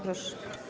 Proszę.